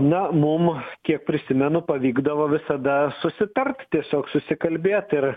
na mum kiek prisimenu pavykdavo visada susitart tiesiog susikalbėt ir